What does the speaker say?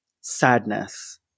sadness